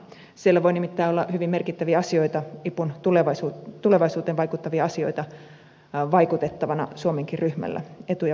siellä voi nimittäin olla hyvin merkittäviä ipun tulevaisuuteen vaikuttavia asioita vaikutettavana suomenkin ryhmällä etuja valvottavana